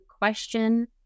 question